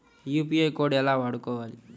UPI code ఎలా వాడుకోవాలి?